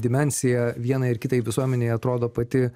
dimensija vienai ar kitai visuomenei atrodo pati